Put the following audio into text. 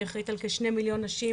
אני אחראית על כשני מיליון נשים